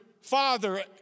father